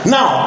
Now